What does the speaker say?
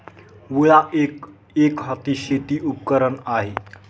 विळा एक, एकहाती शेती उपकरण आहे